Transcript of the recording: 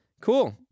Cool